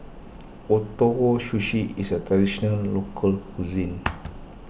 Ootoro Sushi is a Traditional Local Cuisine